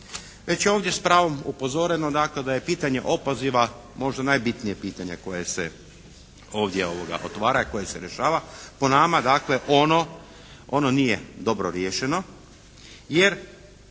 Već je ovdje s pravom upozoreno dakle da je pitanje opoziva možda najbitnije pitanje koje se ovdje otvara, koje se rješava. Po nama dakle ono nije dobro riješeno jer